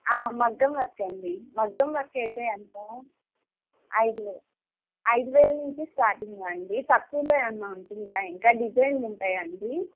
మగ్గం వర్క్ అండి మగ్గం వర్క్ అయితే ఎంత ఐదు వేలు ఐదు వేల నుంచి స్టార్టింగా అండి తక్కువలో ఏమైనా ఉంటుందా ఇంకా డిజైన్లు ఉంటాయా అండి